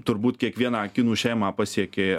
turbūt kiekvieną kinų šeimą pasiekė